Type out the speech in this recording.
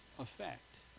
effect